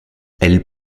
elle